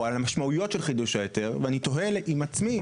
או על המשמעויות של חידוש ההיתר ואני תוהה עם עצמי